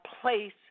place